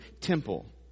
temple